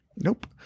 Nope